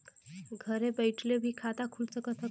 घरे बइठले भी खाता खुल सकत ह का?